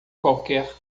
qualquer